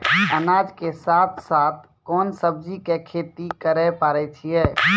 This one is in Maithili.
अनाज के साथ साथ कोंन सब्जी के खेती करे पारे छियै?